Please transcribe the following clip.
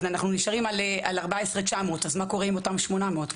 אז אנחנו נשארים על 14,900. מה קורה עם אותם 800?